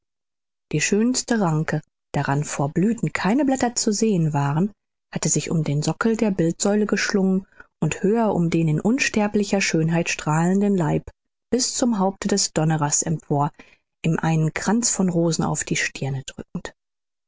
die schönste ranke daran vor blüthen keine blätter zu sehen waren hatte sich um den sockel der bildsäule geschlungen und höher um den in unsterblicher schönheit strahlenden leib bis zum haupte des donnerers empor im einen kranz von rosen auf die stirn drückend